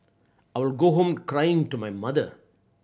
I would go home crying to my mother